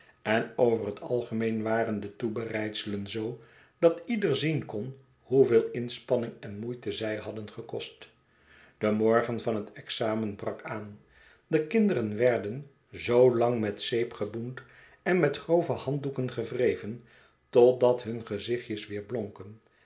en over het algemeen waren de toebereidselen zoo dat ieder zien kon hoe veel inspanning en moeite zij hadden gekost de morgen van het examen brak aan de kinderen werden zoolang met zeep geboend en met grove handdoeken gewreven totdat hun gezichtjes weer blonken